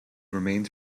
remains